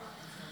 משפט אחרון.